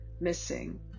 missing